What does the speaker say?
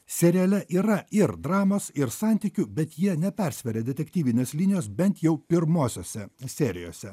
seriale yra ir dramos ir santykių bet jie nepersveria detektyvinės linijos bent jau pirmosiose serijose